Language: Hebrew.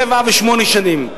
שהיו שבע ושמונה שנים.